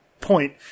point